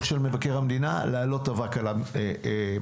של מבקר המדינה להעלות אבק על המדף.